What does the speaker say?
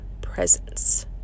presence